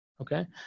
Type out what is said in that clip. Okay